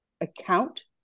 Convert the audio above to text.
account